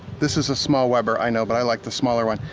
this is a small weber, i know, but i like the smaller one.